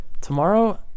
tomorrow